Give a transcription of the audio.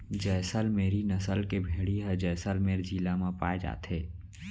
जैसल मेरी नसल के भेड़ी ह जैसलमेर जिला म पाए जाथे